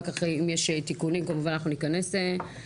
אחר כך אם יש תיקונים, כמובן אנחנו ניכנס לנושא.